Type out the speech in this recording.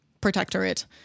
protectorate